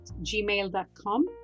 gmail.com